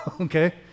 Okay